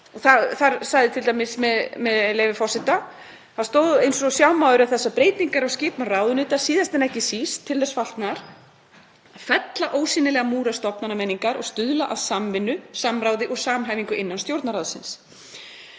Þar sagði t.d., með leyfi forseta: „Eins og sjá má eru þessar breytingar á skipan ráðuneyta síðast en ekki síst til þess fallnar að fella ósýnilega múra stofnanamenningar og stuðla að samvinnu, samráði og samhæfingu innan Stjórnarráðsins.“